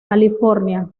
california